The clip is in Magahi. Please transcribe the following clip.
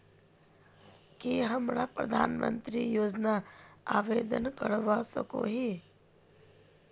की हमरा प्रधानमंत्री योजना आवेदन करवा सकोही?